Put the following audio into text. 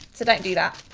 so don't do that.